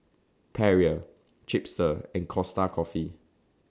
Perrier Chipster and Costa Coffee